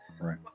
right